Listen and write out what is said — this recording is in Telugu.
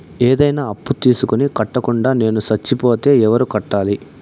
ఏదైనా అప్పు తీసుకొని కట్టకుండా నేను సచ్చిపోతే ఎవరు కట్టాలి?